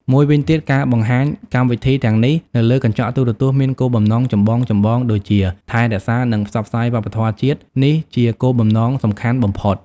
មួយវិញទៀតការបង្ហាញកម្មវិធីទាំងនេះនៅលើកញ្ចក់ទូរទស្សន៍មានគោលបំណងចម្បងៗដូចជា ថែរក្សា និងផ្សព្វផ្សាយវប្បធម៌ជាតិ នេះជាគោលបំណងសំខាន់បំផុត។